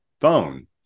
phone